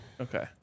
Okay